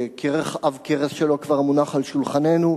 שכרך עב כרס שלו כבר מונח על שולחננו.